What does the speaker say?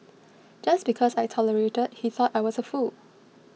just because I tolerated he thought I was a fool